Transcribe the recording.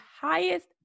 highest